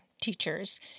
teachers